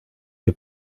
que